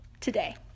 today